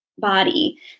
body